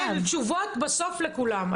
תשובות בסוף לכולם.